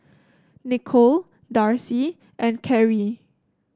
Nikole Darci and Karie